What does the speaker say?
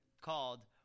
Called